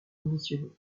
démissionné